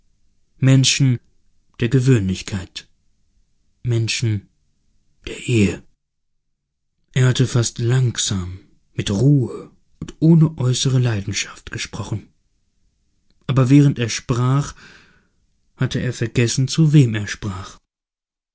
menschen der gewöhnlichkeit menschen der ehe er hatte fast langsam mit ruhe und ohne äußere leidenschaft gesprochen aber während er sprach hatte er vergessen zu wem er sprach